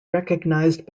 recognized